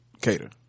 cater